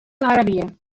العربية